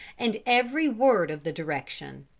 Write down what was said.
and every word of the direction